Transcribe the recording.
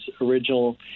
original